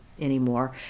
anymore